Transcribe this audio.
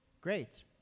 Great